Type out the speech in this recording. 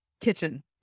kitchen